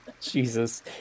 Jesus